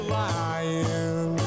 lying